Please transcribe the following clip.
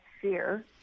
fear